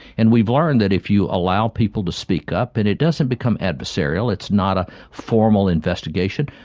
and we've learned that if you allow people to speak up, and it doesn't become adversarial, it's not a formal investigation,